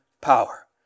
power